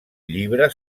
llibre